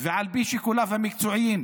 ועל פי שיקוליו המקצועיים,